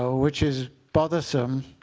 so which is bothersome